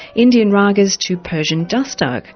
indian ragas to persian dastgah.